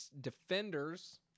defenders